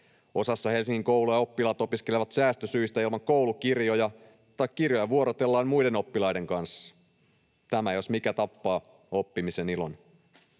Osassa Helsingin kouluja oppilaat opiskelevat säästösyistä ilman koulukirjoja tai kirjoja vuorotellaan muiden oppilaiden kanssa. Tämä jos mikä tappaa oppimisen ilon.